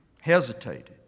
hesitated